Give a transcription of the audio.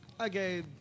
Okay